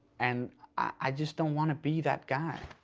and i just don't want be that guy.